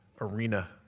arena